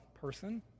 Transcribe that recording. person